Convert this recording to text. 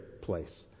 place